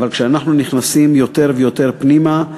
אבל כשאנחנו נכנסים יותר ויותר פנימה,